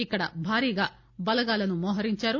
ఇక్కడ భారీగా బలగాలను మోహరించారు